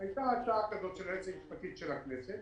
הייתה הצעה כזו של היועצת המשפטית של הכנסת,